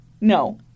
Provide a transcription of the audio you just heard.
No